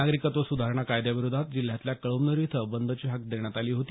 नागरिकत्व सुधारणा कायद्याविरोधात जिल्ह्यातल्या कळमनुरी इथं बंदची हाक देण्यात आली होती